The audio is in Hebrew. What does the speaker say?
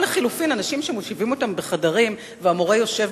או לחלופין אנשים שמושיבים אותם בחדרים והמורה יושב